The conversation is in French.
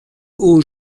haut